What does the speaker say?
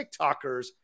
TikTokers